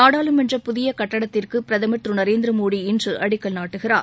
நாடாளுமன்ற புதிய கட்டடத்திற்கு பிரதமர் திரு நரேந்திர மோடி இன்று அடிக்கல் நாட்டுகிறார்